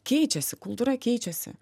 keičiasi kultūra keičiasi